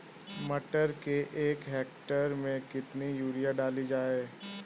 मटर के एक हेक्टेयर में कितनी यूरिया डाली जाए?